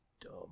dumb